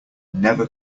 never